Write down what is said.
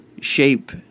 shape